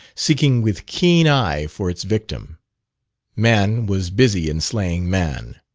seeking with keen eye for its victim man was busy in slaying man.